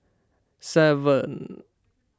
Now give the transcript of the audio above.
seven